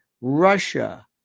Russia